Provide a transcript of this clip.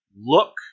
look